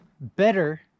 better